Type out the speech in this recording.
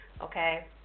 okay